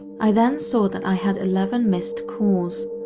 i then saw that i had eleven missed calls,